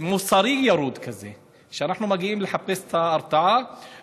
מוסרי ירוד כזה שאנחנו מגיעים לחפש את ההרתעה.